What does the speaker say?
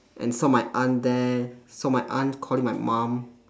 and saw my aunt there saw my aunt calling my mum